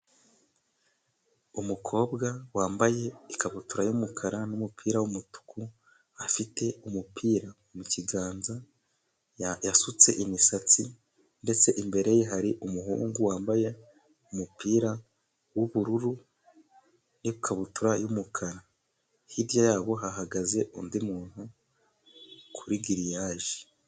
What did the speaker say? Umukobwa wambaye ikabutura y'umukara n'umupira w'umutuku, afite umupira mukiganza, yasutse imisatsi ndetse imbere ye hari umuhungu wambaye umupira w'ubururu n'ikabutura y'umukara. Hirya yabo hahagaze undi muntu kuri giriyaje.